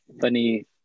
funny